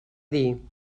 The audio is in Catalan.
dir